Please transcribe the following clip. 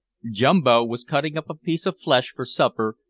jumbo was cutting up a piece of flesh for supper,